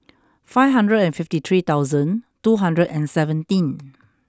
five hundred and fifty three thousand two hundred and seventeen